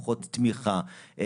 פחות תמיכה,